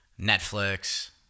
Netflix